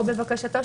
או בבקשתו,